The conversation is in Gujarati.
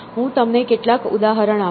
હું તમને કેટલાક ઉદાહરણ આપું